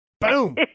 Boom